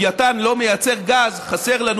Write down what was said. וכל עוד לווייתן לא מייצר גז חסר לנו